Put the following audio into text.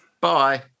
Bye